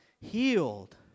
healed